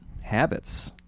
habits